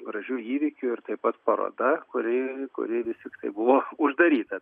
gražiu įvykiu ir taip pat paroda kuri kuri vis tiktai buvo uždaryta